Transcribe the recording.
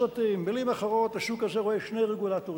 מלים אחרות, השוק הזה רואה שני רגולטורים.